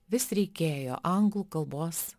vis reikėjo anglų kalbos